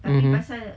mmhmm